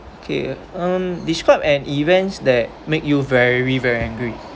okay um describe an events that make you very very angry